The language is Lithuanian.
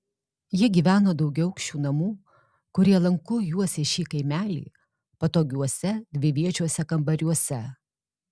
jie gyveno daugiaaukščių namų kurie lanku juosė šį kaimelį patogiuose dviviečiuose kambariuose